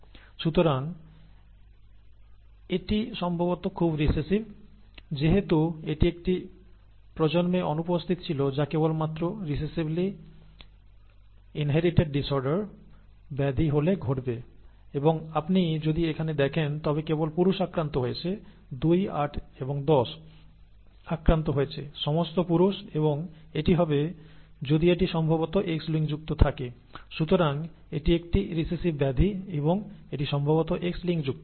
সুতরাং এটি খুব সম্ভবত রিসেসিভ যেহেতু এটি একটি প্রজন্মে অনুপস্থিত ছিল যা কেবলমাত্র রিসেসিভলি ইনহেরিটেড ডিসঅর্ডার ব্যাধি হলে ঘটবে এবং আপনি যদি এখানে দেখেন তাহলে দেখবেন যে এখানে কেবল মাত্র পুরুষরা আক্রান্ত হয়েছে 2 8 এবং 10 আক্রান্ত হয়েছে যারা সকলে পুরুষ এবং এমনটি হবে যদি এটি খুব সম্ভবত X লিঙ্কযুক্ত হয় তাই এটি একটি রিসেসিভ ব্যাধি এবং খুব সম্ভবত এটি X লিঙ্কযুক্ত